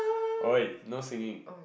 !oi! no singing